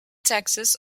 taxes